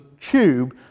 tube